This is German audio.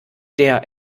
der